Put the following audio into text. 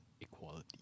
equality